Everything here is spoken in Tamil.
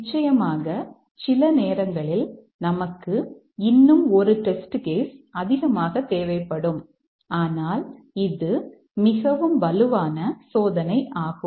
நிச்சயமாக சில நேரங்களில் நமக்கு இன்னும் 1 டெஸ்ட் கேஸ் அதிகமாக தேவைப்படும் ஆனால் இது மிகவும் வலுவான சோதனை ஆகும்